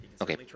okay